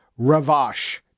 Ravash